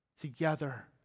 together